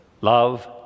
love